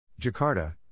Jakarta